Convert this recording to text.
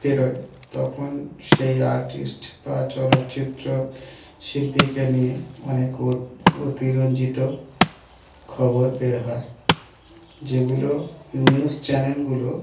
বেরয় তখন সেই আর্টিস্ট বা চলচ্চিত্র শিল্পীকে নিয়ে অনেক অতিরঞ্জিত খবর বের হয় যেগুলো নিউজ চ্যানেলগুলো